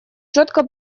четко